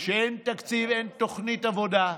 כשאין תקציב אין תוכנית עבודה.